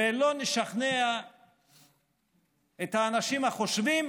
ולא נשכנע את האנשים החושבים